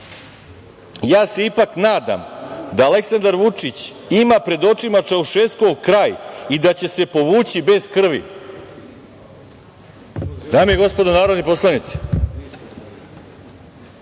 Ja se ipak nadam da Aleksandar Vučić ima pred očima Čaušeskuov kraj i da će se povući bez krvi. Dame i gospodo narodni poslanici,